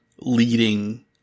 leading